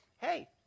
hey